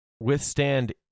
withstand